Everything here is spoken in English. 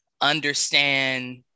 understand